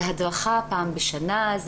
זה הדרכה פעם בשנה,